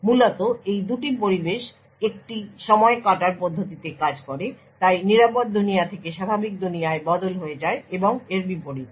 তাই মূলত এই দুটি পরিবেশ একটি সময় কাটার পদ্ধতিতে কাজ করে তাই নিরাপদ দুনিয়া থেকে স্বাভাবিক দুনিয়ায় বদল হয়ে যায় এবং এর বিপরীত